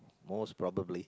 most probably